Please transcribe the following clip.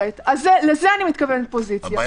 אז הם לא נאמרו,